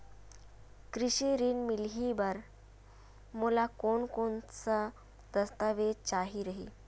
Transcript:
कृषि ऋण मिलही बर मोला कोन कोन स दस्तावेज चाही रही?